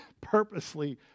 purposely